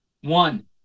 One